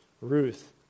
Ruth